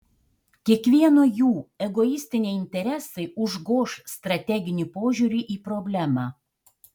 kiekvieno jų egoistiniai interesai užgoš strateginį požiūrį į problemą